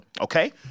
okay